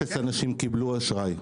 אפס אנשים קיבלו אשראי.